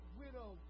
widow